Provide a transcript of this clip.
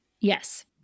Yes